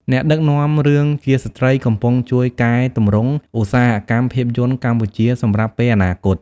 អ្នកដឹកនាំរឿងជាស្ត្រីកំពុងជួយកែទម្រង់ឧស្សាហកម្មភាពយន្តកម្ពុជាសម្រាប់ពេលអនាគត។